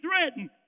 threatened